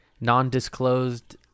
non-disclosed